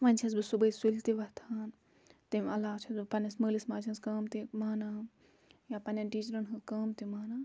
وۄنۍ چھَس بہٕ صُبحٲے سُلہِ تہِ وۄتھان تٔمہِ علاوٕ چھَس بہٕ پَننِس مٲلِس ماجہِ ہنٛز کٲم تہِ مانان یا پَننیٚن ٹیٖچرَن ہنٛز کٲم تہِ مانان